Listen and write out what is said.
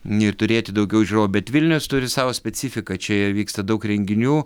ir turėti daugiau žiūrovų bet vilnius turi savo specifiką čia vyksta daug renginių